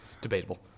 Debatable